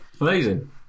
Amazing